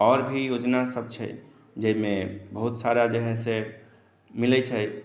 आओर भी योजना सब छै जाहि मे बहुत सारा जे है से मिलै छै